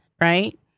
right